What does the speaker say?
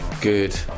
Good